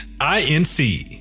I-N-C